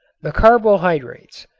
the carbohydrates,